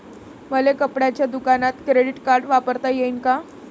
मले कपड्याच्या दुकानात क्रेडिट कार्ड वापरता येईन का?